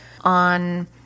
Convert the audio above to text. on